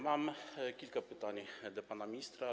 Mam kilka pytań do pana ministra.